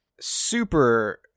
Super